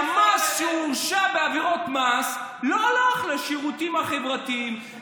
שהמס שהוא הורשע עליו בעבירות מס לא הלך לשירותים החברתיים,